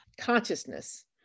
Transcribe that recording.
consciousness